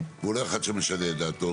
והוא לא אחד שמשנה את דעתו.